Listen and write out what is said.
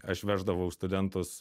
aš veždavau studentus